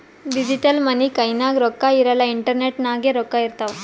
digital money ಕೈನಾಗ್ ರೊಕ್ಕಾ ಇರಲ್ಲ ಇಂಟರ್ನೆಟ್ ನಾಗೆ ರೊಕ್ಕಾ ಇರ್ತಾವ್